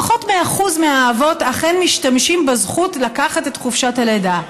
פחות מ-1% מהאבות אכן משתמשים בזכות לקחת את חופשת הלידה.